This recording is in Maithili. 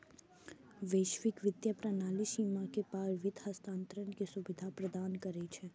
वैश्विक वित्तीय प्रणाली सीमा के पार वित्त हस्तांतरण के सुविधा प्रदान करै छै